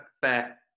fair